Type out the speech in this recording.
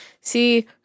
See